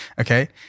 Okay